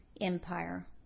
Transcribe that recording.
empire